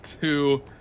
two